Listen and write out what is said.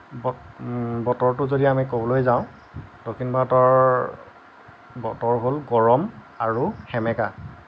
বতৰটো যদি আমি ক'বলৈ যাওঁ দক্ষিণ ভাৰতৰ বতৰ হ'ল গৰম আৰু সেমেকা